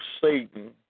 Satan